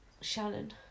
Shannon